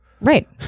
Right